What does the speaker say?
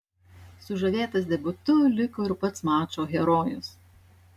sužavėtas debiutu liko ir pats mačo herojus